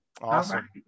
Awesome